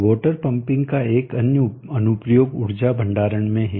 water pumping का एक अन्य अनुप्रयोग ऊर्जा भंडारण में है